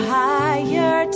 higher